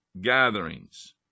gatherings